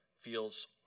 feels